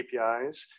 KPIs